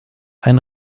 ein